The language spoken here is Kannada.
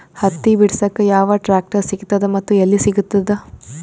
ಹತ್ತಿ ಬಿಡಸಕ್ ಯಾವ ಟ್ರಾಕ್ಟರ್ ಸಿಗತದ ಮತ್ತು ಎಲ್ಲಿ ಸಿಗತದ?